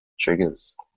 triggers